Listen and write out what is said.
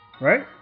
right